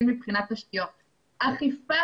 אז אמרתי תשתיות ואמרתי אכיפה.